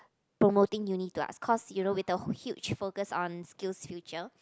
promoting uni to us cause you know wait the huge focus on skills future